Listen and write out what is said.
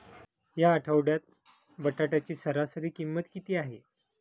या आठवड्यात बटाट्याची सरासरी किंमत किती आहे?